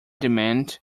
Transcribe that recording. demand